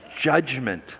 judgment